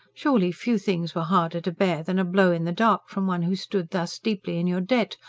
surely few things were harder to bear than a blow in the dark from one who stood thus deeply in your debt,